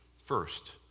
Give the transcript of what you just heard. first